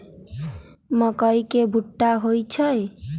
मकई के भुट्टा होई छई